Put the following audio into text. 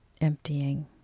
emptying